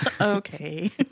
Okay